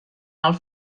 alt